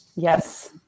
Yes